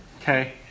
Okay